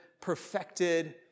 perfected